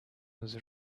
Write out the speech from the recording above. was